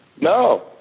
No